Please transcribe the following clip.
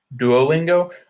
Duolingo